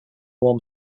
warm